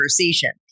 conversation